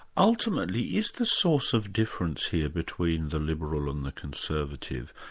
ultimately, is the source of difference here between the liberal and the conservative,